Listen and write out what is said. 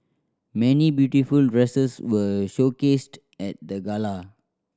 many beautiful dresses were showcased at the gala